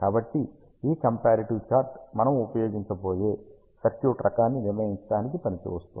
కాబట్టి ఈ comparative chart మనము ఉపయోగించబోయే సర్క్యూట్ రకాన్ని నిర్ణయించదానికి పనికి వస్తుంది